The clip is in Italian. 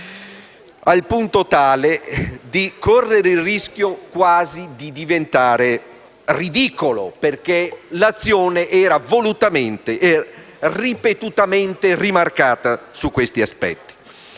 al punto tale da correre il rischio di diventare quasi ridicolo, perché l'azione era volutamente e ripetutamente rimarcata. «Nonostante i